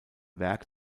werk